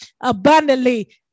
abundantly